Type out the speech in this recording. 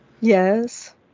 Yes